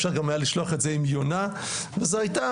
אפשר גם היה לשלוח את זה עם יונה וזה הייתה